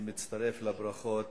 אני מצטרף לברכות